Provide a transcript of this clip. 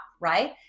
right